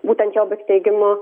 būtent jo teigimu